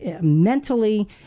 mentally